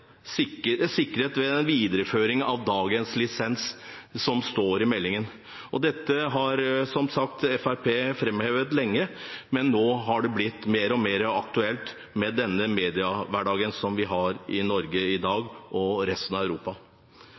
ved en videreføring av dagens lisens, som det står i meldingen. Dette har som sagt Fremskrittspartiet framhevet lenge, men nå har det blitt mer og mer aktuelt med den mediehverdagen som vi har i Norge og i resten av Europa i dag. Stortingsmeldingen følger opp behandlingen av